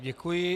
Děkuji.